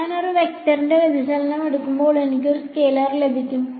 ഞാൻ ഒരു വെക്ടറിന്റെ വ്യതിചലനം എടുക്കുമ്പോൾ എനിക്ക് ഒരു സ്കെയിലർ ലഭിക്കും